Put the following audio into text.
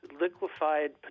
liquefied